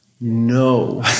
No